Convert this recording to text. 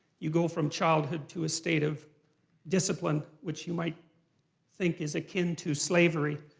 you go from childhood to a state of discipline, which you might think is akin to slavery,